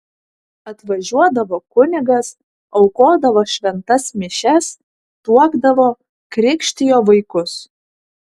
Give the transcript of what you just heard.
atvažiuodavo kunigas aukodavo šventas mišias tuokdavo krikštijo vaikus